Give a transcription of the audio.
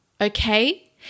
Okay